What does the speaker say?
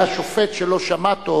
היה שופט שלא שמע טוב